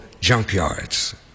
junkyards